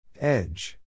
Edge